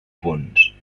punts